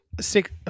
six